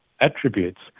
attributes